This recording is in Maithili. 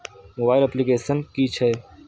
मोबाइल अप्लीकेसन कि छै?